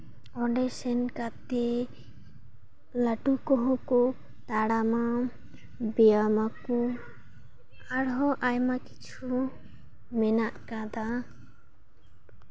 ᱚᱸᱰᱮ ᱥᱮᱱ ᱠᱟᱛᱮᱫ ᱞᱟᱹᱴᱩ ᱠᱚᱦᱚᱸ ᱠᱚ ᱛᱟᱲᱟᱢᱟ ᱵᱮᱭᱟᱢ ᱟᱠᱚ ᱟᱨᱦᱚᱸ ᱟᱭᱢᱟ ᱠᱤᱪᱷᱩ ᱢᱮᱱᱟᱜ ᱠᱟᱫᱟ